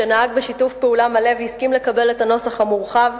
שנהג בשיתוף פעולה מלא והסכים לקבל את הנוסח המורחב,